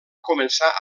començar